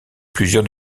plusieurs